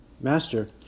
Master